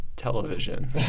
Television